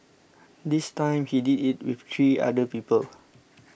this time he did it with three other people